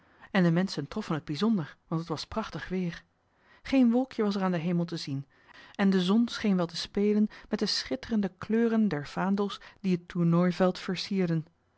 en de menschen troffen het bijzonder want het was prachtig weer geen wolkje was er aan den hemel te zien en de zon scheen wel te spelen met de schitterende kleuren der vaandels die het tournooiveld versierden